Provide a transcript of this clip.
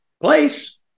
place